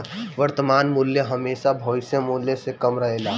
वर्तमान मूल्य हेमशा भविष्य मूल्य से कम रहेला